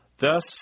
Thus